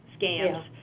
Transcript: scams